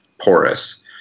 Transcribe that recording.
porous